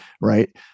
right